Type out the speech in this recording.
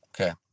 Okay